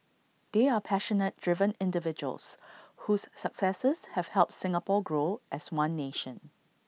they are passionate driven individuals whose successes have helped Singapore grow as one nation